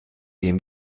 dem